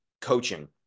coaching